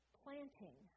planting